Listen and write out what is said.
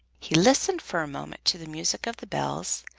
he listened for a moment to the music of the bells,